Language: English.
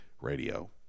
radio